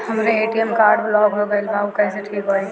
हमर ATM card block हो गईल बा ऊ कईसे ठिक होई?